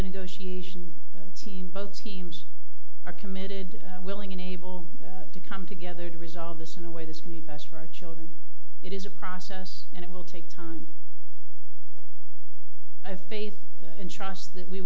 the negotiation team both teams are committed willing and able to come together to resolve this in a way this can be best for our children it is a process and it will take time i have faith and trust that we